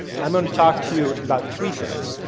i'm going to talk to you and about three things.